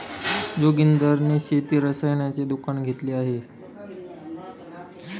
जोगिंदर ने शेती रसायनाचे दुकान घेतले आहे